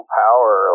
power